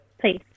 please